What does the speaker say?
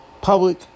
Public